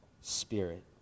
spirit